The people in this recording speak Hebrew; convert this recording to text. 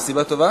זו סיבה טובה?